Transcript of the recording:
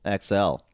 XL